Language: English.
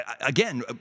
again